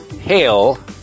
hail